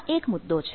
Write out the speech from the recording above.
આ એક મુદ્દો છે